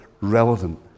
relevant